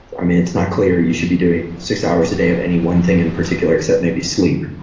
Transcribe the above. i mean, it's not clear you should be doing six hours a day of any one thing in particular except maybe sleep,